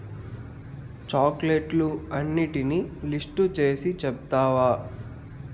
చాక్లెట్లు అన్నిటినీ లిస్టు చేసి చెప్తావా